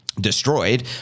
destroyed